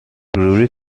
brewery